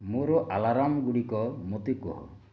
ମୋର ଆଲାର୍ମଗୁଡ଼ିକ ମୋତେ କୁହ